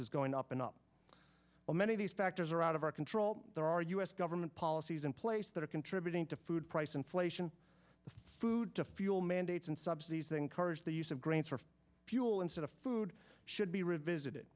is going up and up so many of these factors are out of our control there are u s government policies in place that are contributing to food price inflation food to fuel mandates and subsidies encourage the use of grains for fuel instead of food should be revisited